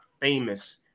famous